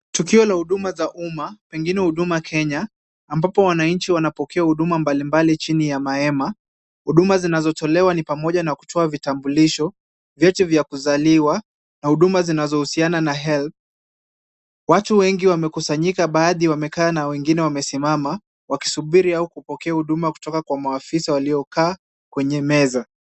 Tukio za huduma za umma, pengine Huduma Kenya, ambapo wananchi wanapokea huduma mbalimbali chini ya mahema, huduma zinazotolewa ni pamoja na kutoa vitambulisho, vyeti vya kuzaliwa na huduma zinazohusiana na health . Watu wengi wamekusanyika baadhi wamekaa na wengine wamesimama, wakisubiri au kupokea huduma kutoka kwa maafisa waliokaa kwenye meza.